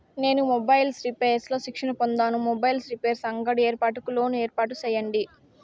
నేను mobiles repairs లో శిక్షణ పొందాను, మొబైల్ రిపైర్స్ అంగడి ఏర్పాటుకు లోను ఏర్పాటు సేయండి?